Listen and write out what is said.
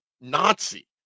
Nazi